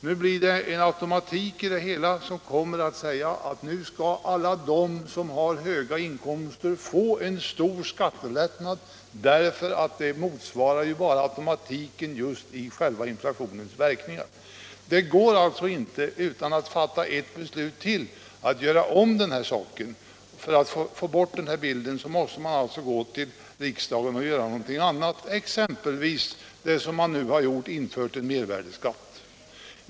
Nu blir det en automatik i det hela som kommer att säga att nu skall alla de som har höga inkomster få en stor skattelättnad, därför att det motsvarar bara automatiken i inflationens verkningar. Det går alltså inte, utan att fatta ett beslut till, att göra om den här saken. Regeringen måste gå till riksdagen och begära någonting annat, exempelvis det som man nu har föreslagit, en höjning av mervärdeskatten.